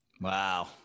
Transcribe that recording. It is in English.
Wow